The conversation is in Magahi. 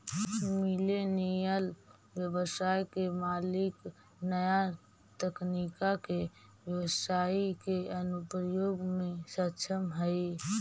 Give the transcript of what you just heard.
मिलेनियल व्यवसाय के मालिक नया तकनीका के व्यवसाई के अनुप्रयोग में सक्षम हई